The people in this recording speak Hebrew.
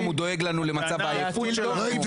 פתאום הוא דואג לנו למצב העייפות שלנו.